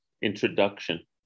introduction